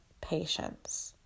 patience